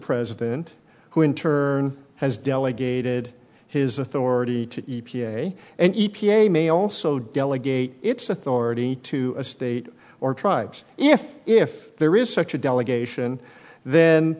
president who in turn has delegated his authority to e p a and e p a may also delegate its authority to a state or tribes if if there is such a delegation then